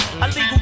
Illegal